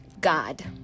god